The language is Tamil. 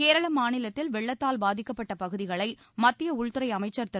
கேரள மாநிலத்தில் வெள்ளத்தால் பாதிக்கப்பட்ட பகுதிகளை மத்திய உள்துறை அமைச்சர் திரு